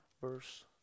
verse